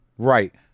Right